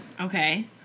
Okay